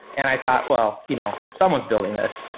and i thought, well, you know someone's building this.